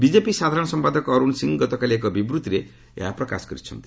BJP ସାଧାରଣ ସଂପାଦକ ଅର୍ଚ୍ଚଣ ସିଂହ ଗତକାଲି ଏକ ବିବୃତ୍ତିରେ ଏହା ପ୍ରକାଶ କରିଛନ୍ତି